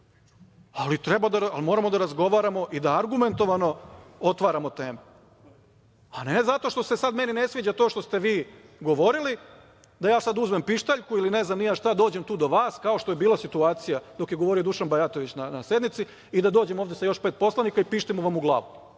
ali moramo da razgovaramo i da argumentovano otvaramo temu, a ne zato što se meni sada ne sviđa to što ste vi govorili, da ja sada uzmem pištaljku ili ne znam ni ja šta, dođem tu do vas, kao što je bila situacija dok je govorio Dušan Bajatović na sednici i da dođem ovde sa još pet poslanika i pištim vam u glavu